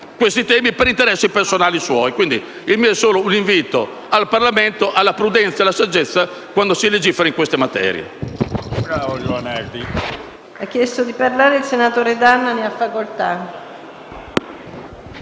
questi temi per interessi propri. Il mio è solo un invito al Parlamento alla prudenza e alla saggezza quando si legifera in queste materie.